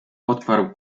odparł